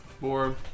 four